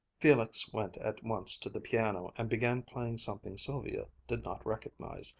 felix went at once to the piano and began playing something sylvia did not recognize,